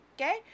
okay